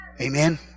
Amen